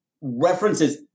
references